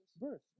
birth